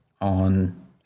on